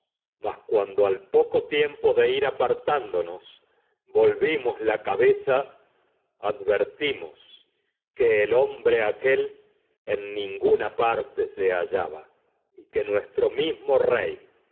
mas cuan al poco tipmpo de ir apartándonos volvimos que la cabe za se advertimos y el hombre aquel en ninguna parte la mano hallaba la que nuestro se mismo rey